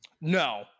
no